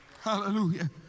Hallelujah